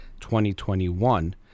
2021